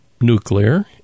nuclear